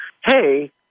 hey